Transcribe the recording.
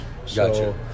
Gotcha